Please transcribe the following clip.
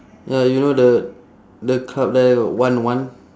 ya you know the the club there wan wan